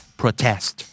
protest